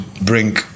bring